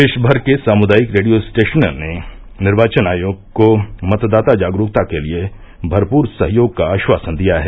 देश भर के सामुदायिक रेडियो स्टेशनों ने निर्वाचन आयोग को मतदाता जागरुकता के लिए भरपूर सहयोग का आश्वासन दिया है